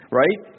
right